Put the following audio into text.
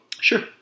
Sure